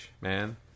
man